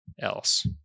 else